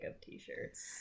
t-shirts